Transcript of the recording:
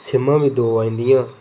सीमां बी दौ आई जंदियां हियां